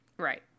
Right